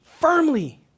Firmly